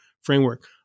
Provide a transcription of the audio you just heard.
framework